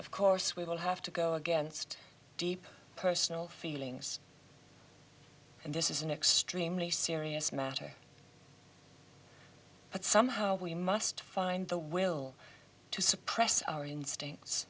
of course we will have to go against deep personal feelings and this is an extremely serious matter but somehow we must find the will to suppress our instincts